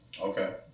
Okay